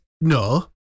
No